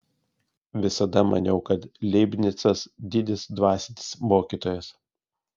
visada maniau kad leibnicas didis dvasinis mokytojas